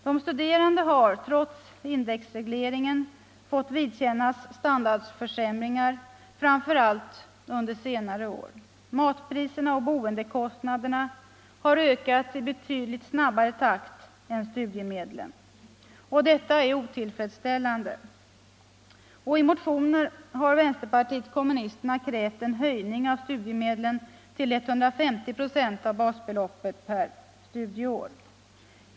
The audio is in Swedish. De studerande har, trots indexregleringen, fått vidkännas standardförsämringar framför allt under senare år. Matpriserna och boendekostnaderna har ökat i betydligt snabbare takt än studiemedlen. Detta är otillfredsställande, och i motionen har vpk krävt en höjning av studiemedlen till 150 96 av basbeloppet per studieår.